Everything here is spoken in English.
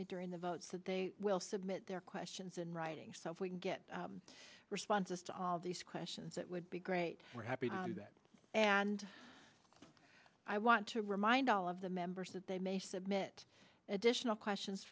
me during the votes that they will submit their questions in writing so if we can get responses to all these questions that would be great we're happy to do that and i want to remind all of the members that they may submit additional questions